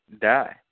die